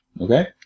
Okay